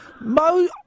Mo